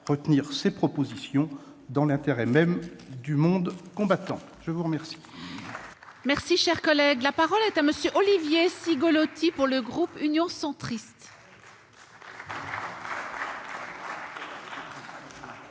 retenir ses propositions, dans l'intérêt même du monde combattant. La parole